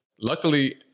Luckily